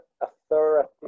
authority